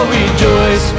rejoice